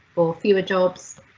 or fewer jobs.